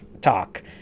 talk